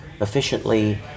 efficiently